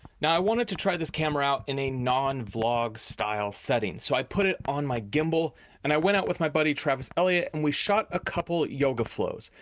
now, i wanted to try this camera out in a non-vlog style setting. so, i put it on my gimbal and i went out with my buddy, travis elliot, and we shot a couple yoga flows.